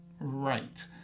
right